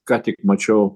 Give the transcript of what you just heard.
ką tik mačiau